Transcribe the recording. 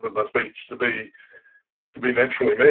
but my speech to be to be naturally